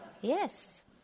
Yes